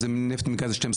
אם זה מנפט זה 12.5%,